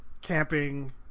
camping